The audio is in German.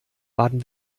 baden